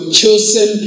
chosen